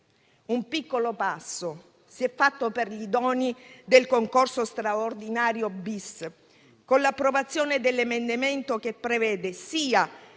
Un piccolo passo si è fatto per gli idonei del concorso straordinario *bis*, con l'approvazione dell'emendamento che prevede sia